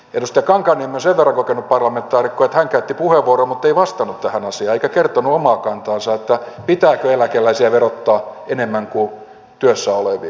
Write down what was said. edustaja kankaanniemi on sen verran kokenut parlamentaarikko että hän käytti puheenvuoron muttei vastannut tähän asiaan eikä kertonut omaa kantaansa siitä pitääkö eläkeläisiä verottaa enemmän kuin työssä olevia